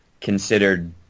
considered